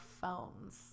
phones